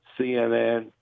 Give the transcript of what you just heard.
CNN